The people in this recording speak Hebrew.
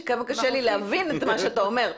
שגם קשה לי להבין מה שאתה אומר.